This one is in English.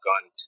gun